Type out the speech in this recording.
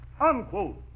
unquote